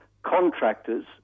contractors